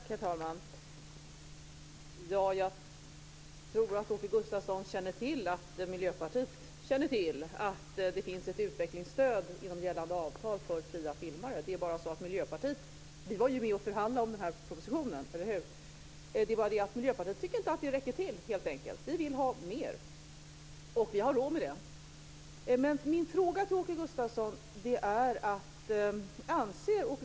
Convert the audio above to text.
Herr talman! Jag tror att Åke Gustavsson känner till att Miljöpartiet känner till att det finns ett utvecklingsstöd inom gällande avtal för fria filmare. Miljöpartiet var med och förhandlade om denna proposition, eller hur? Men Miljöpartiet tycker helt enkelt inte att detta räcker till. Vi vill ha mer. Och vi har råd med det.